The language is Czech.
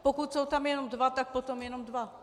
Pokud jsou tam jenom dva, tak potom jenom dva.